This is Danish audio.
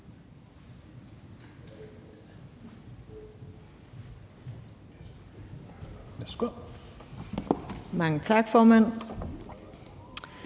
Mange tak, formand.